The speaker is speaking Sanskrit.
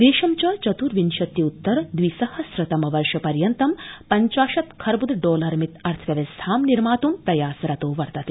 देशं च चत्र्विंशत्यृत्तर द्विसहस्र तम वर्ष पर्यन्तं पञ्चाशत् खर्बुद् डॉलर मित् अर्थव्यवस्थां निर्मातुं प्रयासरतो वर्तते